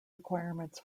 requirements